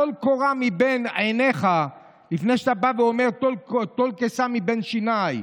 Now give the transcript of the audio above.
טול קורה מבין עיניך לפני שאתה בא ואומר: טול קיסם מבין שינייך.